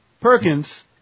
Perkins